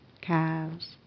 calves